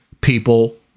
people